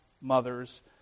mothers